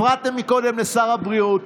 הפרעתם קודם לשר הבריאות.